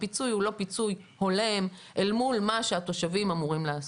הפיצוי הוא לא פיצוי הולם אל מול מה שהתושבים אמורים לעשות.